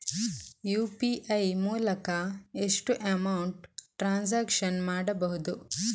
UPI ಮೂಲಕ ಎಷ್ಟು amount transaction ಮಾಡಬಹುದು?